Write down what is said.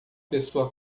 pessoa